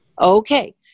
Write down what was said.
Okay